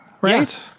right